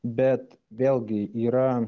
bet vėlgi yra